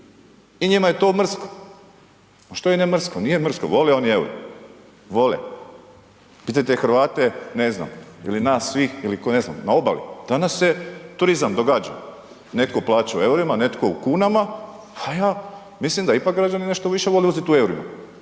i njima je to mrsko. A što im je mrsko? Nije im mrsko, vole oni euro, vole. Pitajte Hrvate ne znam ili nas svih ili ne znam na obali, tamo se turizam događa, netko plaća u eurima, netko u kunama a ja mislim da ipak građani nešto više vole uzeti u eurima